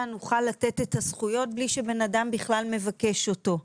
נוכל לתת את הזכויות בלי שבן אדם בכלל מבקש אותן.